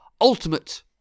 Ultimate